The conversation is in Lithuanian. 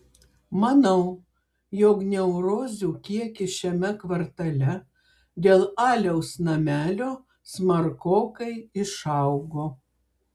manau jog neurozių kiekis šiame kvartale dėl aliaus namelio smarkokai išaugo